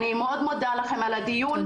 אני מאוד מודה לכם על הדיון,